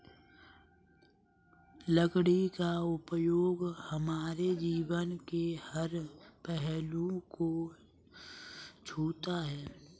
लकड़ी का उपयोग हमारे जीवन के हर पहलू को छूता है